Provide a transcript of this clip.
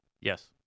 Yes